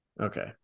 Okay